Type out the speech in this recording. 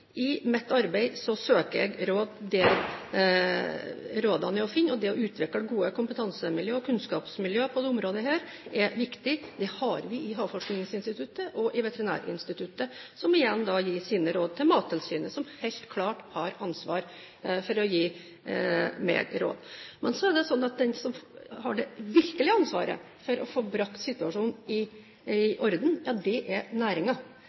I mitt arbeid søker jeg råd der rådene er å finne. Det å utvikle gode kompetansemiljøer og kunnskapsmiljøer på dette området er viktig. Det har vi i Havforskningsinstituttet og i Veterinærinstituttet. De gir sine råd til Mattilsynet, som helt klart har ansvar for å gi meg råd. Men så er det sånn at de som har det virkelige ansvaret for å få brakt situasjonen i